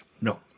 No